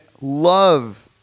love